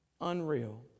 Unreal